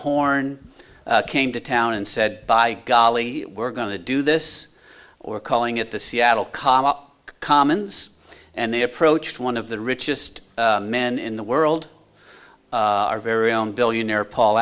horne came to town and said by golly we're going to do this or calling it the seattle commons and they approached one of the richest men in the world very own billionaire paul